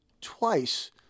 twice